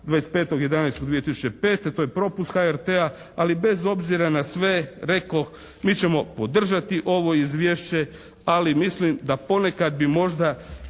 25.11.2005. To je propust HRT-a. Ali bez obzira na sve rekoh mi ćemo podržati ovo izvješće, ali mislim da ponekad bi možda